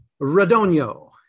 Radonio